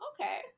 Okay